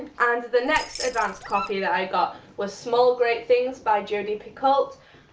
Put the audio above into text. and the next advanced copy that i got was small great things by jodi picoult.